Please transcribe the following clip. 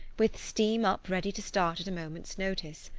with steam up ready to start at a moment's notice.